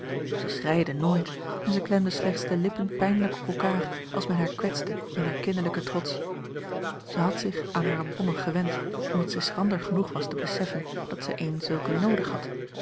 zij schreide nooit en zij klemde slechts de lippen pijnlijk op elkaar als men haar kwetste in haar kinderlijken trots zij had zich aan hare bonne gewend omdat zij schrander genoeg was te beseffen dat zij eene zulke noodig had